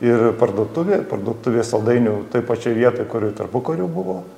ir parduotuvė parduotuvė saldainių toj pačioj vietoj kur ir tarpukariu buvo